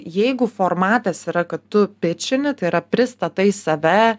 jeigu formatas yra kad tu pičini tai yra pristatai save